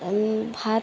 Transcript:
ভাত